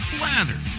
lather